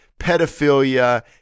pedophilia